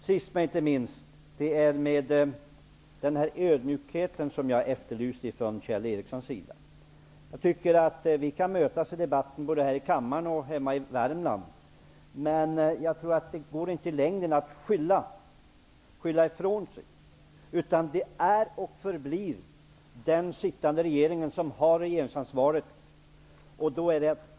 Sist men inte minst efterlyste jag ödmjukhet från Kjell Ericssons sida. Jag tycker att vi kan mötas i debatten både här i kammaren och hemma i Värmland. Men jag tror inte att det i längden går att skylla ifrån sig. Det är och förblir den sittande regeringen som har regeringsansvaret.